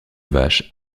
vache